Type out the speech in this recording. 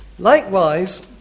Likewise